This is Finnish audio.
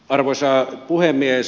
arvoisa puhemies